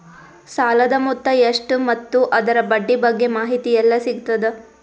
ಸಾಲದ ಮೊತ್ತ ಎಷ್ಟ ಮತ್ತು ಅದರ ಬಡ್ಡಿ ಬಗ್ಗೆ ಮಾಹಿತಿ ಎಲ್ಲ ಸಿಗತದ?